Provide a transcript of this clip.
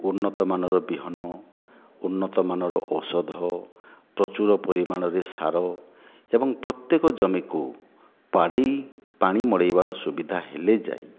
ଉନ୍ନତମାନର ବିହନ ଉନ୍ନତମାନର ଔଷଧ ପ୍ରଚୁର ପରିମାଣରେ ସାର ଏବଂ ପ୍ରତ୍ୟେକ ଜମିକୁ ବାଡ଼େଇ ପାଣି ମଡ଼ାଇବାର ସୁବିଧା ହେଲେ ଯାଇ